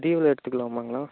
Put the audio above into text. டீவ்வில் எடுத்துக்கலாமாங்கண்ணா